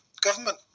government